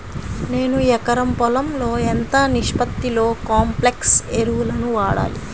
నేను ఎకరం పొలంలో ఎంత నిష్పత్తిలో కాంప్లెక్స్ ఎరువులను వాడాలి?